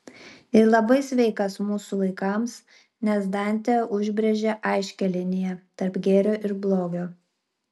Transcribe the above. ir labai sveikas mūsų laikams nes dantė užbrėžia aiškią liniją tarp gėrio ir blogio